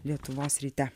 lietuvos ryte